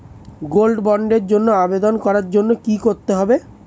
Gold বন্ডের জন্য আবেদন করার জন্য কি করতে হবে?